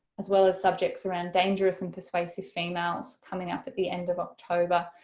as well as subjects around dangerous and persuasive females coming up at the end of october,